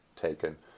taken